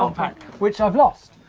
um pack which i've lost.